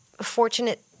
fortunate